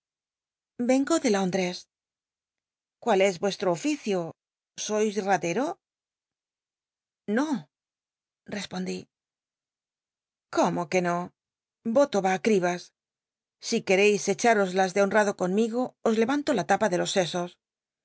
vengo de lóndres cu il es yuesllo ofi io sois ratero no respondí cómo que no rolo l'a cribas si queréis echaros las de honrado conmigo os leranto la lapa de los sesos